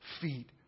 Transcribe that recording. feet